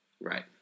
Right